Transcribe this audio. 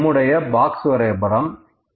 இது நம்முடைய பாக்ஸ் வரைபடம்